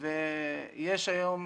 יש היום